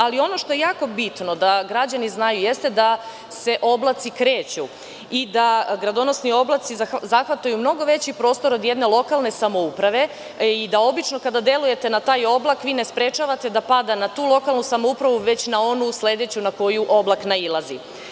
Ali, ono što je jako bitno da građani znaju, jeste da se oblaci kreću i da gradonosni oblaci zahvataju mnogo veći prostor od jedne lokalne samouprave i da obično kada delujete na taj oblak vi ne sprečavate da pada na tu lokalnu samoupravu, već na onu sledeću na koju oblak nailazi.